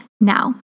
Now